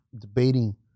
debating